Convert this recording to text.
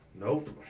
Nope